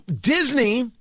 Disney